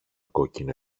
κόκκινο